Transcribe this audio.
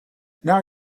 now